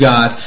God